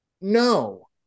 No